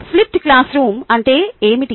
flipped classroom అంటే ఏమిటి